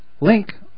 link